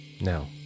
Now